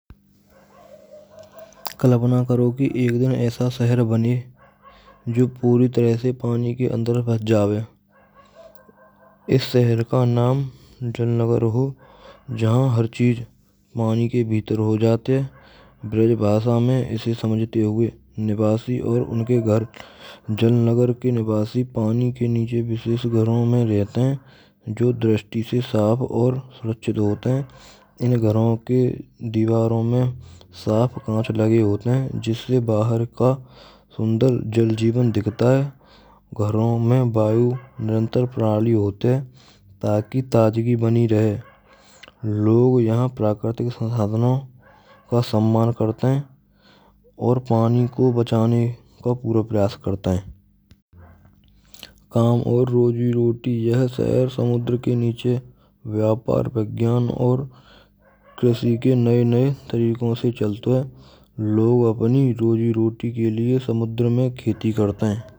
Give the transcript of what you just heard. Kalpana karogi ek din aisa shahar bane jo puri tarah se pani ke andar bas jave. Is shahar ka naam jalnagar ho jahan har chij pani ke bhitar ho jaate hai. Brij bhasha mein ise samajhte hue nivasi aur unke ghar jalnagar ke nivasi pani ke niche vishesh gharon mein rahte hain jo drishti se saaf aur surakshit hote hain ine grahon ke diwaron mein saaf aanch lage hote hain jisse bahar ka sundar jal jivan dikhta hai gharo ma vayu nirantar pranali hote taki taazgi bani rahe. Log yha prakrtik sansadhno ka samman karte hain aur pani ko bachane ko puro prayas krte hain. Kam aur roji roti yah shahar samudra ke niche vyapar viggyan aur krishi ke naye naye tariko se chalto hain. Log apni rojiroti ke liye samudra mein kheti karte hain.